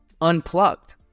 Unplugged